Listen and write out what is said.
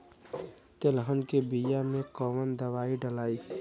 तेलहन के बिया मे कवन दवाई डलाई?